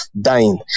dying